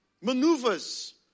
maneuvers